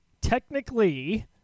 technically